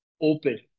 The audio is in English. open